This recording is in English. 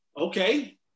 okay